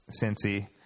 Cincy